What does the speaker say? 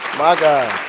my god.